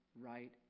right